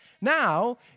Now